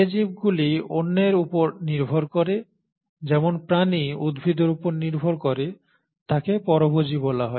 যে জীবগুলি অন্যের উপর নির্ভর করে যেমন প্রাণী উদ্ভিদের উপর নির্ভর করে তাকে পরভোজী বলা হয়